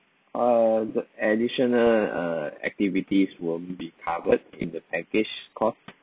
uh the additional err activities will be covered in the package costs